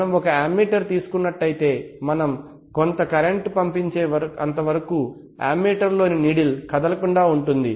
మనం ఒక అమ్మీటర్ తీసుకున్నట్లయితే మనం కొంత కరెంటు పంపించే అంతవరకు అమ్మీటర్లోని నీడిల్ కదలకుండా ఉంటుంది